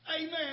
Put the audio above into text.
amen